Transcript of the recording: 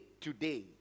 today